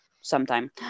sometime